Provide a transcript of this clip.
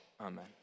Amen